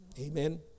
Amen